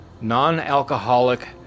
non-alcoholic